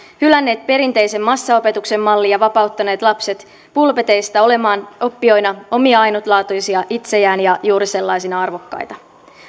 hylänneet perinteisen massaopetuksen mallin ja vapauttaneet lapset pulpeteista olemaan oppijoina omia ainutlaatuisia itsejään ja juuri sellaisina arvokkaita